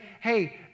hey